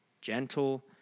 gentle